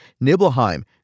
Nibelheim